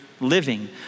Living